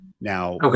Now